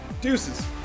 Deuces